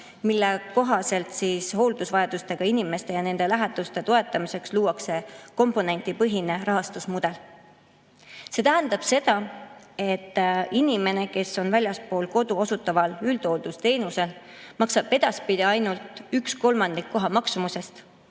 mille kohaselt hooldusvajadusega inimeste ja nende lähedaste toetamiseks luuakse komponendipõhine rahastusmudel. See tähendab seda, et inimene, kes on väljaspool kodu osutataval üldhooldusteenusel, maksab edaspidi ainult ühe kolmandiku koha maksumusest,